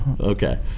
okay